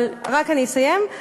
רק אסיים.